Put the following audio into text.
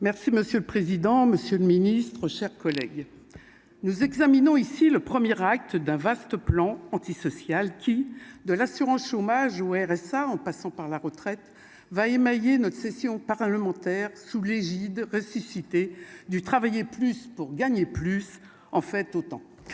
Merci monsieur le président, Monsieur le Ministre, chers collègues, nous examinons ici le premier acte d'un vaste plan antisocial qui, de l'assurance chômage ou au RSA en passant par la retraite va émaillé notre session parlementaire sous l'égide ressusciter du travailler plus pour gagner plus en fait autant